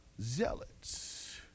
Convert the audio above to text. zealots